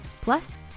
plus